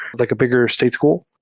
like a bigger state school.